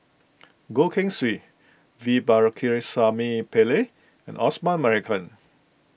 Goh Keng Swee V Pakirisamy Pillai and Osman Merican